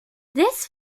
this